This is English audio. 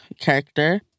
character